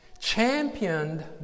championed